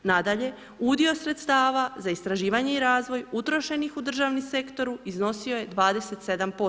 Nadalje, udio sredstava za istraživanje i razvoj utrošenih u državnom sektoru iznosio je 27%